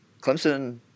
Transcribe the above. Clemson